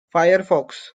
firefox